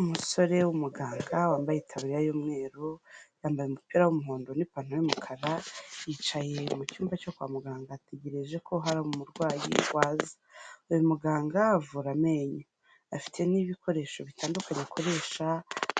Umusore w'umuganga wambaye itaburiya y'umweru, yambaye umupira w'umuhondo n'ipantaro y'umukara, yicaye mu cyumba cyo kwa muganga ategereje ko hari umurwayi waza. Uyu muganga avura amenyo. Afite n'ibikoresho bitandukanye akoresha